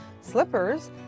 slippers